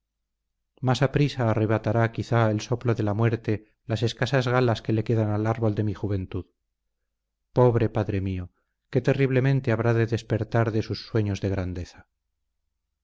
más aprisa arrebatará quizá el soplo de la muerte las escasas galas que le quedan al árbol de mi juventud pobre padre mío qué terriblemente habrá de despertar de sus sueños de grandeza